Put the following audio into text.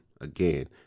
Again